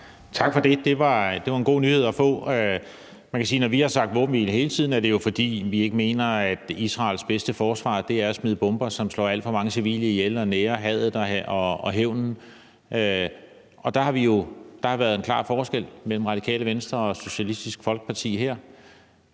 Tak for det. Det var en god nyhed at få. Man kan jo sige, at det, når vi hele tiden har sagt våbenhvile, er, fordi vi ikke mener, at det er Israels bedste forsvar at smide bomber, som slår alt for mange civile ihjel, og som nærer hadet og hævnen. Her har der jo været en klar forskel mellem Radikale Venstre og Socialistisk Folkeparti,